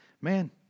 Man